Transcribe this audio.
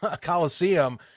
Coliseum